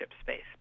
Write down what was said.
space